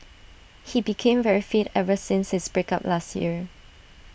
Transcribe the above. he became very fit ever since his break up last year